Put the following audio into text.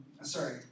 Sorry